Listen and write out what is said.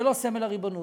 זה לא סמל הריבונות.